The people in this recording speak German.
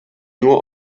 nur